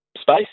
space